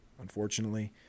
unfortunately